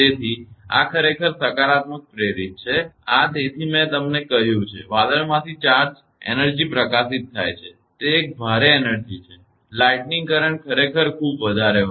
તેથી આ ખરેખર સકારાત્મક પ્રેરિત છે આ તેથી મેં તમને કહ્યું છે વાદળમાંથી ચાર્જ એનર્જી પ્રકાશિત થાય છે તે એક ભારે એનર્જી છે લાઇટિંગ કરંટ ખરેખર ખૂબ વધારે હોય છે